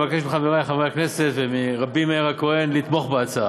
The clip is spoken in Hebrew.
אני מבקש מחברי חברי הכנסת ומרבי מאיר הכוהן לתמוך בהצעה.